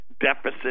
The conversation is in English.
deficit